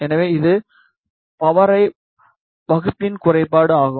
எனவே இது பவர்யை வகுப்பியின் குறைபாடு ஆகும்